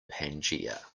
pangaea